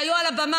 שהיו על הבמה,